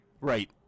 Right